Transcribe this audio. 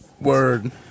Word